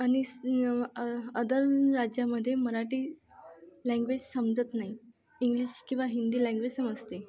आणि स् यं अदर राज्यामध्ये मराठी लँग्वेज समजत नाही इंग्लिश किंवा हिंदी लँग्वेज समजते